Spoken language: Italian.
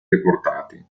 deportati